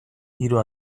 hiru